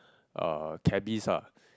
uh cabbies ah